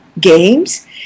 games